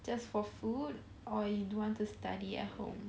just for food or you don't want to study at home